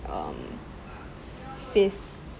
um fifth